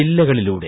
ജില്ലകളിലൂടെ